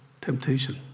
temptation